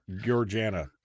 Georgiana